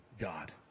God